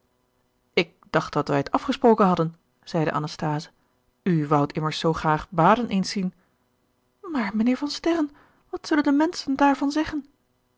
ik dacht dat wij het afgesproken hadden zeide anasthase u woudt immers zoo graag baden eens zien maar mijnheer van sterren wat zullen de menschen daarvan zeggen